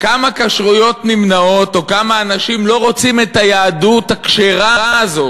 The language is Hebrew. כמה כשרויות נמנעות או כמה אנשים לא רוצים את היהדות הכשרה הזאת,